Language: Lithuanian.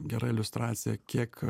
gera iliustracija kiek